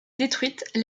détruite